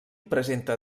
presenta